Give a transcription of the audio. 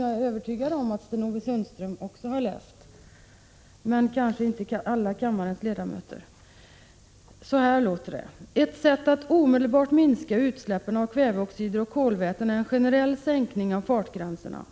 Jag är övertygad om att också Sten-Ove Sundström har läst detta brev, men kanske har inte alla ledamöter i kammaren gjort det. Det framhålls där: ”Ett sätt att omedelbart minska utsläppen av kväveoxider och kolväten är en generell sänkning av fartgränserna.